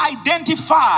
identify